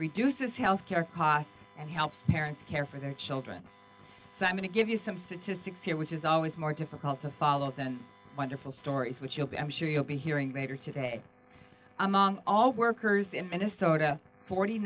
reduces health care costs and helps parents care for their children so i'm going to give you some statistics here which is always more difficult to follow than wonderful stories which ok i'm sure you'll be hearing later today among all workers in minnesota forty